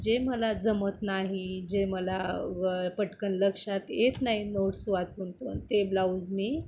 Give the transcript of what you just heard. जे मला जमत नाही जे मला पटकन लक्षात येत नाही नोट्स वाचून पण ते ब्लाऊज मी